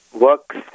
works